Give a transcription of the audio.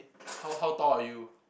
how how tall are you